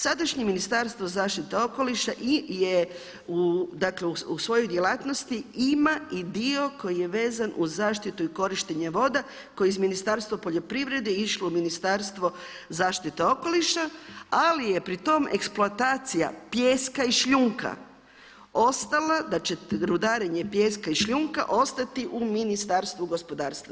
Sadašnje Ministarstvo zaštite okoliša je u, dakle u svojo djelatnosti ima i dio koji je vezan uz zaštitu i korištenje voda koje je iz Ministarstva poljoprivrede išlo u Ministarstvo zaštite okoliša ali je pri tom eksploatacija pijeska i šljunka ostala da će rudarenje pijeska i šljunka ostati u Ministarstvu gospodarstva.